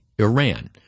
Iran